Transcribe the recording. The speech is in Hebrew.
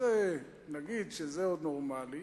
שזה עוד נורמלי,